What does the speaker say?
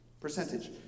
Percentage